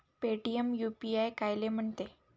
Paytm UPI कायले म्हनते?